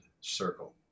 circle